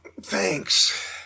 Thanks